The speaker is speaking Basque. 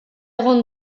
egon